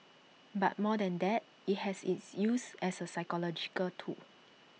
but more than that IT has its use as A psychological tool